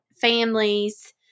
families